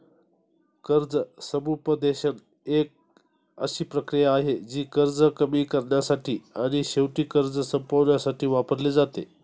कर्ज समुपदेशन एक अशी प्रक्रिया आहे, जी कर्ज कमी करण्यासाठी आणि शेवटी कर्ज संपवण्यासाठी वापरली जाते